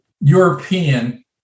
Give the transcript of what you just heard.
European